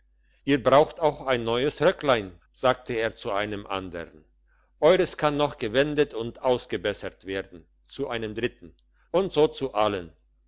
ihr braucht auch ein neues röcklein sagte er zu einem andern euers kann noch gewendet und ausgebessert werden zu einem dritten und so zu allen